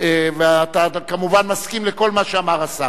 ואתה כמובן מסכים לכל מה שאמר השר.